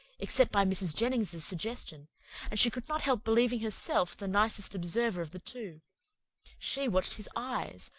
except by mrs. jennings's suggestion and she could not help believing herself the nicest observer of the two she watched his eyes,